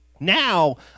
Now